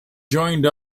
joined